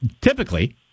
Typically